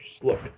Look